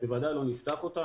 בוודאי לא נפתח אותה,